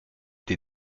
des